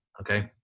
okay